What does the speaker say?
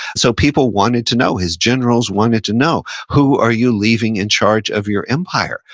so, people wanted to know, his generals wanted to know, who are you leaving in charge of your empire,